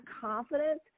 confidence